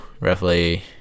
Roughly